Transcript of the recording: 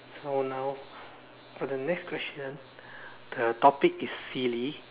so now for the next question the topic is silly